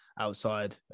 outside